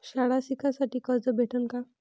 शाळा शिकासाठी कर्ज भेटन का?